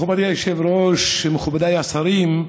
מכובדי היושב-ראש, מכובדיי השרים,